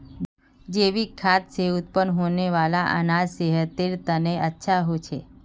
जैविक खाद से उत्पन्न होने वाला अनाज सेहतेर तने अच्छा होछे